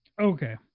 Okay